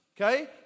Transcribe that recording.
okay